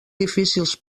difícils